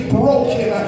broken